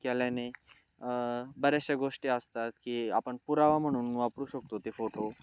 केल्याने बऱ्याचशा गोष्टी असतात की आपण पुरावा म्हणून वापरू शकतो ते फोटो